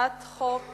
הצעת חוק